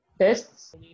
tests